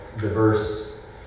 diverse